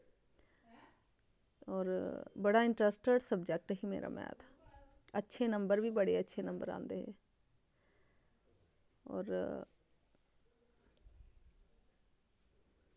होर बड़ा interested subject ही मेरा मैथ अच्छे नंबर बी बड़े अच्छे नंबर आंदे हे होर